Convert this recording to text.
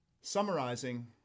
summarizing